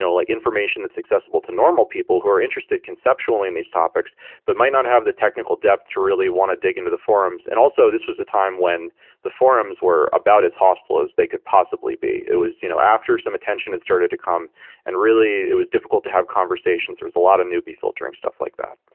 like information that's accessible to normal people who are interested conceptually in these topics but might not have the technical depth to really want to dig into the forums. and also, this was the time when the forums were about as hostile as they could possibly be. it was you know after some attention had started to come and really it was difficult to have conversations. there's lot of newbie filtering stuff like that.